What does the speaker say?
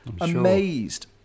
amazed